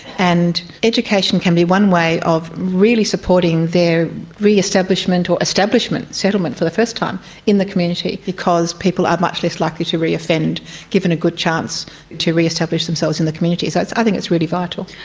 and education can be one way of really supporting their re-establishment or establishment, settlement for the first time in the community, because people are much less likely to reoffend given a good chance to re-establish themselves in the community. so i think it's really vital.